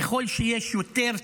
ככל שיש יותר תכנון,